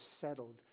settled